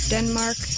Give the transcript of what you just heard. Denmark